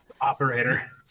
operator